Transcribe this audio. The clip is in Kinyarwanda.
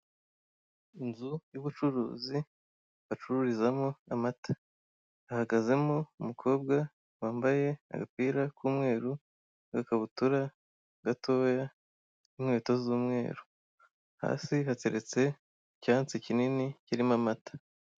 Inzu y'ubucuruzi bacururizamo amata. Hahagazemo umukobwa wambaye agapira k'umweru, agakabutura gatoya n'inkweto z'umweru. Hasi hateretse icyansi kinini kirimo amata.